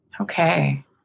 Okay